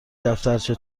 دفترچه